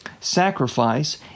Sacrifice